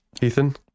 ethan